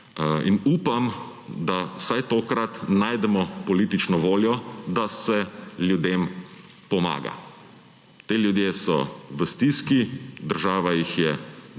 Upam, da vsaj tokrat najdemo politično voljo, da se ljudem pomaga. Ti ljudje so v stiski, država jih je dobesedno